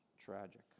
tragic